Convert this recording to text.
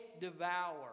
devour